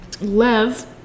lev